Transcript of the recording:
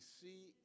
see